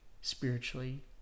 spiritually